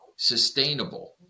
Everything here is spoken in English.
sustainable